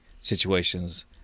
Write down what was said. situations